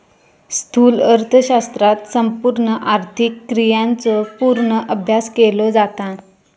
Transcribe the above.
स्थूल अर्थशास्त्रात संपूर्ण आर्थिक क्रियांचो पूर्ण अभ्यास केलो जाता